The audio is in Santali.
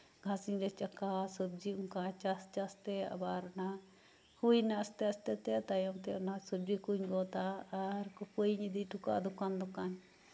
ᱜᱷᱟᱸᱥᱤᱧ ᱨᱟᱪᱟᱜᱟ ᱥᱚᱵᱡᱤ ᱚᱱᱠᱟ ᱪᱟᱥᱼᱪᱟᱥ ᱛᱮ ᱦᱩᱭᱮᱱᱟ ᱟᱥᱛᱮᱼᱟᱥᱛᱮ ᱛᱮ ᱛᱟᱭᱚᱢ ᱛᱮ ᱚᱱᱠᱟᱛᱮ ᱚᱱᱟ ᱥᱚᱵᱡᱤ ᱠᱚᱧ ᱜᱚᱛᱟ ᱟᱨ ᱠᱳᱯᱟᱹᱭᱤᱧ ᱤᱫᱤ ᱦᱚᱴᱚ ᱠᱟᱜᱼᱟ ᱫᱚᱠᱟᱱᱼᱫᱚᱠᱟᱱ